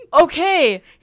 Okay